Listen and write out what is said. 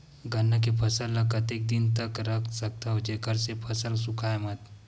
गन्ना के फसल ल कतेक दिन तक रख सकथव जेखर से फसल सूखाय मत?